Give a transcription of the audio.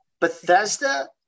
Bethesda